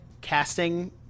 casting